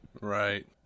Right